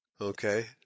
Okay